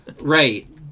Right